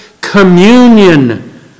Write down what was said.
communion